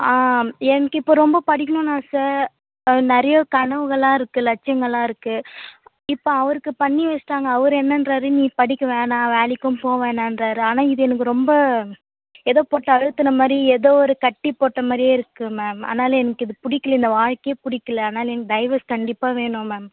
ஆ எனக்கு இப்போ ரொம்ப படிக்கணும்னு ஆசை நிறைய கனவுகள்லாம் இருக்குது லட்சியங்கள்லாம் இருக்குது இப்போ அவருக்கு பண்ணி வச்சிட்டாங்க அவர் என்னென்றாரு நீ படிக்க வேணாம் வேலைக்கும் போக வேணாம்றாரு ஆனால் இது எனக்கு ரொம்ப ஏதோ போட்டு அழுத்தின மாதிரி ஏதோ ஒரு கட்டிப் போட்டமாதிரியே இருக்குது மேம் அதனால் எனக்கு இது பிடிக்கல இந்த வாழ்க்கையே பிடிக்கல அதனால் எனக்கு டைவர்ஸ் கண்டிப்பாக வேணும் மேம்